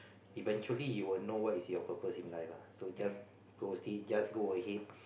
eventually you will know what is your purpose in life lah so just just go ahead